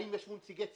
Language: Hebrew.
האם ישבו נציגי ציבור.